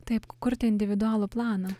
taip kurti individualų planą